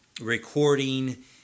recording